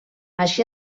així